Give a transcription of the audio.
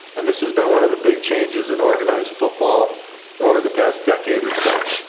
and this is been one of the big changes in organized football over the past decade or so.